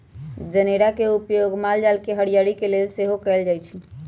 जनेरा के उपयोग माल जाल के हरियरी के लेल सेहो कएल जाइ छइ